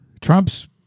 Trump's